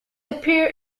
appear